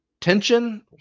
tension